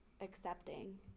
accepting